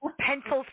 Pencils